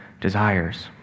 desires